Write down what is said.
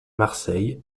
marseille